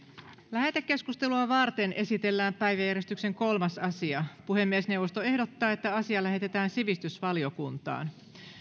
lähetekeskustelua varten esitellään päiväjärjestyksen kolmas asia puhemiesneuvosto ehdottaa että asia lähetetään sivistysvaliokuntaan